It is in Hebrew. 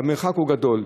והמרחק הוא גדול.